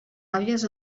àvies